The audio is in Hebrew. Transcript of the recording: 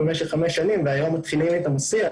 במשך חמש שנים והיום מתחילים איתם שיח